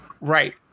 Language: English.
Right